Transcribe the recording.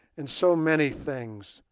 and so many things,